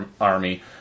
army